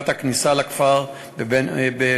הכניסה פנימה לכפר בני-נעים